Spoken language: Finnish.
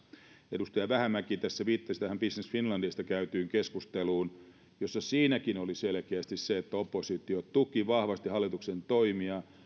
edustaja vähämäki tässä viittasi tähän business finlandista käytyyn keskusteluun jossa siinäkin oli selkeästi se että oppositio tuki vahvasti hallituksen toimia